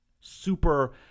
super